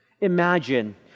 Imagine